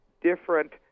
different